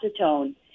acetone